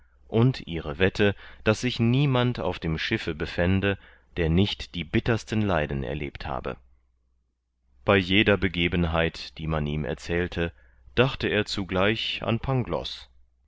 und ihre wette daß sich niemand auf dem schiffe befände der nicht die bittersten leiden erlebt habe bei jeder begebenheit die man ihm erzählte dachte er zugleich an